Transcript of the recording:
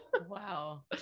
wow